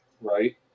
right